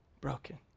broken